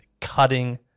cutting